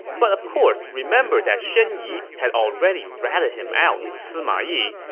but of course, remember that shen yi had already ratted him out to sima yi,